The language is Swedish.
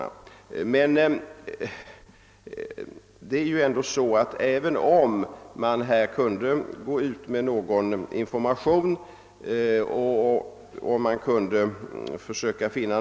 Det sistnämnda tror jag också är utomordentligt sällsynt eftersom det gäller en ganska elementär sak för dem som skall förrätta bouppteckning eller brukar åtaga sig sådana uppdrag.